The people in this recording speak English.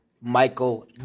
Michael